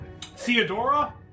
Theodora